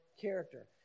character